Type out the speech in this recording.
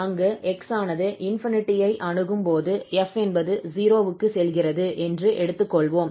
அங்கு x ஆனது ∞ ஐ அணுகும்போது 𝑓 என்பது 0 க்குச் செல்கிறது என்று எடுத்துக் கொள்வோம்